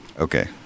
okay